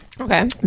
Okay